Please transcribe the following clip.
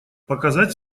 показать